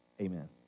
Amen